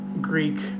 Greek